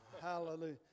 hallelujah